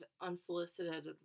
unsolicited